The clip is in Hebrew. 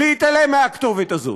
להתעלם מהכתובת הזאת.